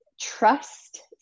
trust